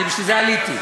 אני בשביל זה עליתי.